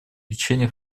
лечения